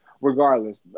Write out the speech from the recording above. regardless